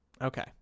Okay